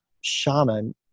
shaman